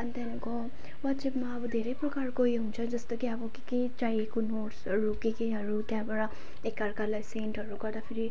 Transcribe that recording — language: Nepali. अनि त्यहाँदेखिको वाट्सएपमा अब धेरै प्रकारको उयो हुन्छ जस्तो कि अब के के चाहिएको नोट्सहरू के केहरू त्यहाँबाट एकाअर्कालाई सेन्डहरू गर्दाखेरि